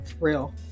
real